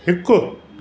हिकु